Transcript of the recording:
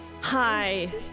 Hi